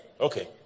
okay